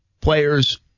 players